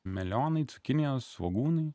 melionai cukinijos svogūnai